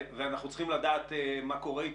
ואנחנו צריכים לדעת מה קורה איתו,